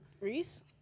Reese